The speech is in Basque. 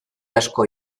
asko